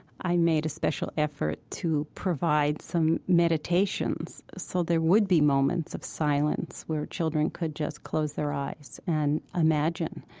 i made a special effort to provide some meditations so there would be moments of silence where children could just close their eyes and imagine,